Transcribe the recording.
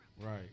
Right